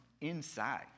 inside